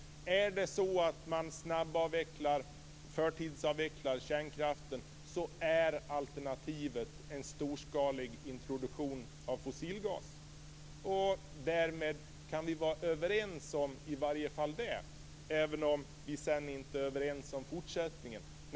Är det så att man snabbavvecklar, förtidsavvecklar kärnkraften är alternativet en storskalig introduktion av fossilgas. Det kan vi vara överens om i alla fall, även om vi sedan inte är överens om fortsättningen.